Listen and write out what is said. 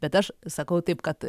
bet aš sakau taip kad